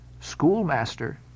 schoolmaster